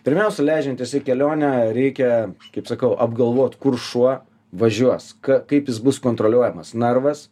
pirmiausia leidžiantis į kelionę reikia kaip sakau apgalvot kur šuo važiuos ką kaip jis bus kontroliuojamas narvas